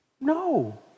No